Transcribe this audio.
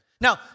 Now